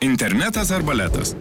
internetas ar baletas